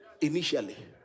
initially